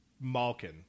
malkin